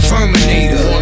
Terminator